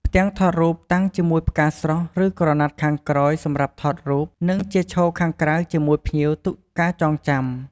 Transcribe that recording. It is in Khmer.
ផ្ទាំងរូបថត តាំងជាមួយផ្កាស្រស់ឬក្រណាត់ខាងក្រោយ សម្រាប់ថតរូប និងជាឈរខាងក្រៅជាមួយភ្ញៀវទុកការចងចាំ។